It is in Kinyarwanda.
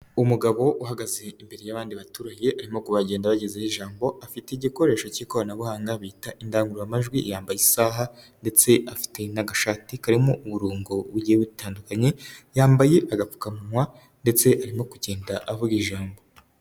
Umugabo uhagaze imbere y'abandi baturage arimo kubagenda abagezaho ijambo. Afite igikoresho k'ikoranabuhanga bita indangururamajwi. Yambaye isaha ndetse afite n'agashati karimo uburongo bugiye butandukanye. Yambaye agapfukamunwa ndetse arimo kugenda avuga ijambo.